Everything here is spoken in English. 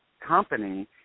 company